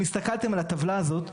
אם הסתכלתם על הטבלה הזאת,